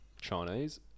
Chinese